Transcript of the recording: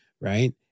Right